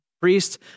priest